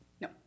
No